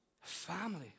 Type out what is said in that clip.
family